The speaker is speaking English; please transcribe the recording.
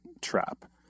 trap